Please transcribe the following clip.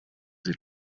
sie